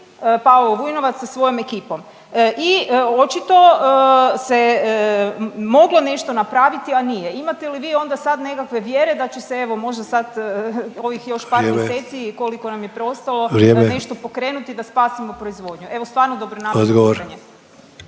Pavao Vujnovac sa svojom ekipom i očito se moglo nešto napraviti, a nije. Imate li vi onda sad nekakve vjere da će se evo možda sad ovih još par mjeseci…/Upadica Sanader: Vrijeme./…koliko nam je preostalo…/Upadica Sanader: Vrijeme./… za nešto pokrenuti da spasimo proizvodnju? Evo, stvarno dobronamjerno pitanje.